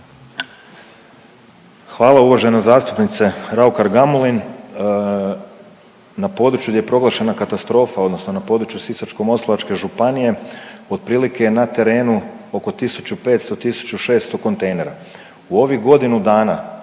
Hvala uvažena zastupnice Raukar-Gamulin. Na području gdje je proglašena katastrofa, odnosno na području Sisačko-moslavačke županije otprilike je na terenu oko 1500, 1600 kontejnera. U ovih godinu dana